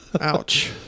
Ouch